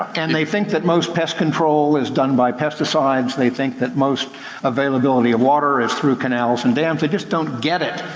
and they think that most pest control is done by pesticides, they think that most availability of water is through canals and dams, they just don't get it.